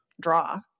draw